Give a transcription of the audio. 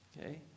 okay